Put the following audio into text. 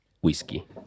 whiskey